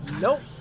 nope